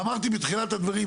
ואמרתי בתחילת הדברים,